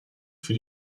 für